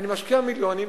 אני משקיע מיליונים,